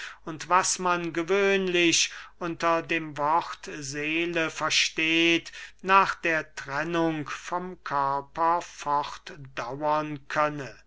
und was man gewöhnlich unter dem wort seele versteht nach der trennung vom körper fortdauern könne